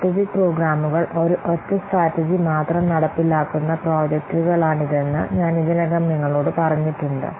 strategic പ്രോഗ്രാമുകൾ ഒരൊറ്റ strategy മാത്രം നടപ്പിലാക്കുന്ന പ്രോജക്ടുകളാണിതെന്ന് ഞാൻ ഇതിനകം നിങ്ങളോട് പറഞ്ഞിട്ടുണ്ട്